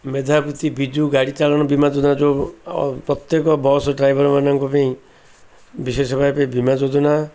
ମେଧାବୃତ୍ତି ବିଜୁ ଗାଡ଼ି ଚାଳନ ବୀମା ଯୋଜନା ଯେଉଁ ପ୍ରତ୍ୟେକ ବସ୍ ଡ୍ରାଇଭର୍ ମାନଙ୍କ ପାଇଁ ବିଶେଷ ଭାବେ ବୀମା ଯୋଜନା